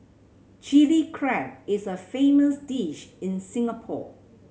Chilli Crab is a famous dish in Singapore